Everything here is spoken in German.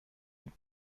die